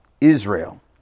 Israel